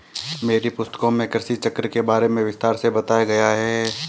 मेरी पुस्तकों में कृषि चक्र के बारे में विस्तार से बताया गया है